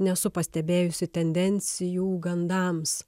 nesu pastebėjusi tendencijų gandams